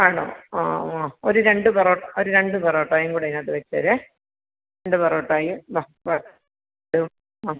ആണോ ആ ആ ഒരു രണ്ട് ഒരു രണ്ട് പൊറോട്ടായും കൂടെ അതിനകത്ത് വെച്ചേരേ രണ്ട് പൊറോട്ടായും ആ വേറെ ഇത് ആ